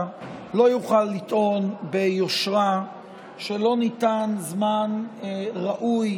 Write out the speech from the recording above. לא יוכל לטעון ביושרה שלא ניתן זמן ראוי